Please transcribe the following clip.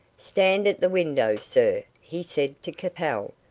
stand at the window, sir, he said to capel.